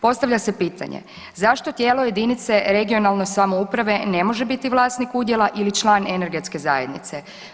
Postavlja se pitanje, zašto tijelo jedinice regionalne samouprave ne može biti vlasnik udjela ili član energetske zajednice?